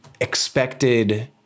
expected